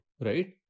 Right